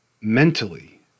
mentally